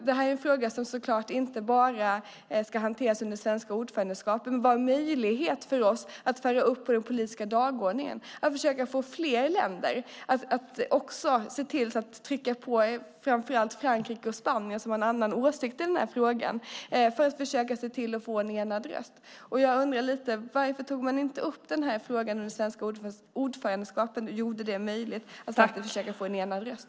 Det här är en fråga som inte bara skulle hanteras under det svenska ordförandeskapet, men det var en möjlighet för oss att sätta upp den på den politiska dagordningen, att trycka på fler länder, framför allt Frankrike och Spanien som har en annan åsikt i den här frågan, för att försöka se till att få en enad röst. Jag undrar lite: Varför tog man inte upp den här frågan under det svenska ordförandeskapet som hade gjort det möjligt att försöka få en enad röst?